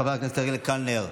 חבר הכנסת אריאל קלנר,